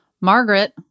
Margaret